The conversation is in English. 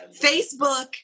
Facebook